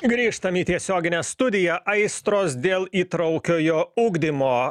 grįžtam į tiesioginę studiją aistros dėl įtraukiojo ugdymo